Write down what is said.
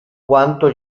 quanto